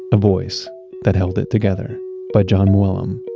a voice that held it together by jon mooallem,